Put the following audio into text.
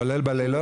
כולל בלילות?